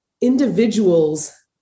individuals